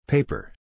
Paper